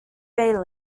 bailey